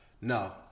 No